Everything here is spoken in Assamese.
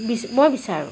বিচ মই বিচাৰোঁ